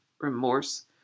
remorse